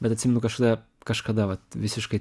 bet atsimenu kažkada kažkada vat visiškai